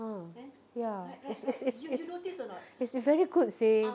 ah ya it's it's it's it's it's very good seh